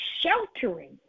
sheltering